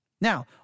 Now